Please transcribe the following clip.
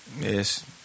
yes